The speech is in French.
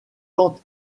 tante